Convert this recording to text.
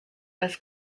lists